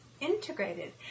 integrated